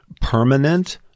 permanent